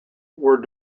were